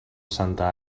santa